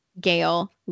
Gail